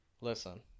Listen